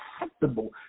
acceptable